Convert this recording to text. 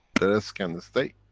the others can stay.